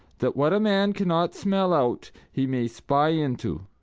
that what a man cannot smell out, he may spy into.